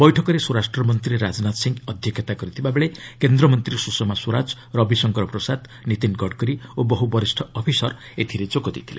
ବୈଠକରେ ସ୍ୱରାଷ୍ଟ୍ରମନ୍ତ୍ରୀ ରାଜନାଥ ସିଂ ଅଧ୍ୟକ୍ଷତା କରିଥିବାବେଳେ କେନ୍ଦ୍ରମନ୍ତ୍ରୀ ସୁଷମା ସ୍ୱରାଜ ରବିଶଙ୍କର ପ୍ରସାଦ ନୀତିନ୍ ଗଡ଼କରୀ ଓ ବହୁ ବରିଷ୍ଠ ଅଫିସର ଏଥିରେ ଯୋଗ ଦେଇଥିଲେ